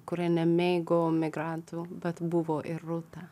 kurie nemėgo migrantų bet buvo ir rūta